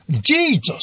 Jesus